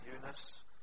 Eunice